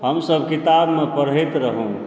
हमसब किताबमे पढैत रहुँ